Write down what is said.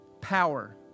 power